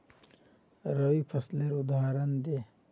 रवि फसलेर उदहारण दे?